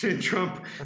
trump